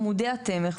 עמודי התווך,